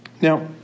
Now